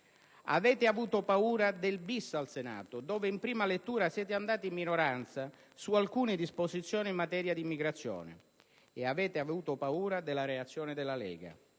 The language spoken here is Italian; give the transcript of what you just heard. Avete avuto paura del *bis* al Senato dove, in prima lettura, siete andati in minoranza su alcune disposizioni in materia di immigrazione, e avete avuto paura della reazione della Lega.